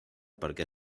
perquè